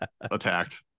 attacked